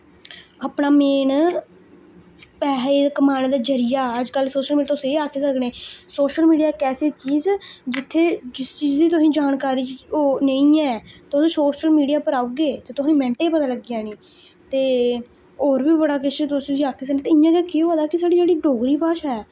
अपना मेन पैहे कमाने दा जरिया अजकल्ल शोशल मीडिया तुस एह् आक्खी सकने शोशल मीडिया इक ऐसी चीज जित्थे जिस चीज दी तुसें जानकारी हो नेईं ऐ तुस शोशल मीडिया पर औगे ते तुसें मैंटे च पता लग्गी जानी ते और वी बड़ा किश तुस जे आक्खी सकने ते इ'यां गै केह् होआ दा कि साढ़ी जेह्ड़ी डोगरी भाशा ऐ